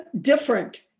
different